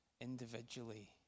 individually